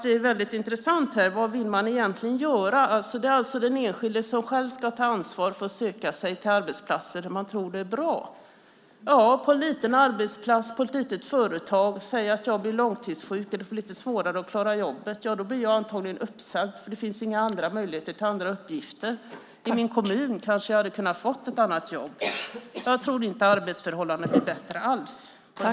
Det är intressant att den enskilde själv ska ta ansvar för att söka sig till arbetsplatser där man tror att det är bra. Om jag på ett litet företag blir långtidssjuk eller får svårt att klara jobbet blir jag antagligen uppsagd, för det finns inga möjligheter till andra uppgifter. Inom kommunen hade jag kanske kunnat få ett annat jobb. Jag tror inte alls att arbetsförhållandena blir bättre på detta sätt.